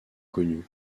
connu